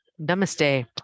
Namaste